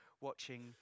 watching